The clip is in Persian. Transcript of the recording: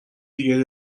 دیگه